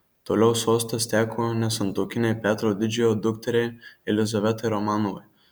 toliau sostas teko nesantuokinei petro didžiojo dukteriai jelizavetai romanovai